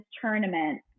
tournament